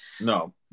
No